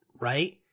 Right